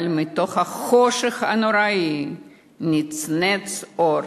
אבל מתוך החושך הנורא נצנץ אור,